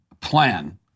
plan